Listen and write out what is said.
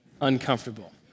uncomfortable